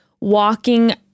walking